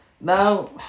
now